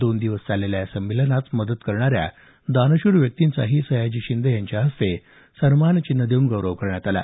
दोन दिवस चाललेल्या या संमेलनास मदत करणारया दानशूर व्यक्तींचा सयाजी शिंदे यांच्या हस्ते सन्मानचिन्ह देऊन गौरव करण्यात आला